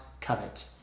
covet